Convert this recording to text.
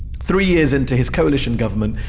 three years into his coalition government.